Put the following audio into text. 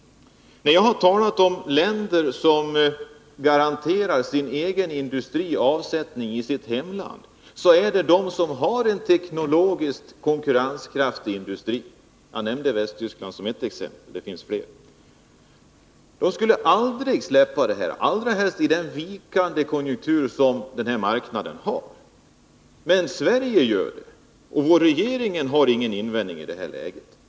När jag har talat om länder som garanterar sin egen industri avsättning i hemlandet, så gäller det länder som har en teknologiskt konkurrenskraftig industri. Jag nämnde Västtyskland som ett exempel, men det finns fler. De skulle aldrig missa ett sådant här tillfälle — allra helst inte under den vikande konjunktur som råder på denna marknad —, men Sverige gör det. Vår regering har inga invändningar att göra i det här läget.